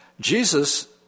Jesus